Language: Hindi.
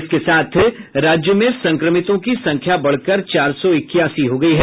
इसके साथ राज्य में संक्रमितों की संख्या बढ़कर चार सौ इक्यासी हो गयी है